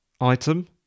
item